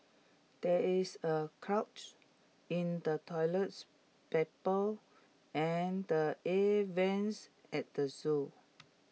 there is A clog in the toilets and the air Vents at the Zoo